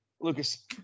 Lucas